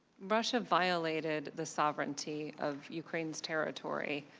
russia violated the sovereignty of ukraine's territory.